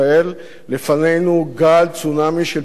לפנינו גל צונאמי של פיטורים המוניים.